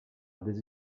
des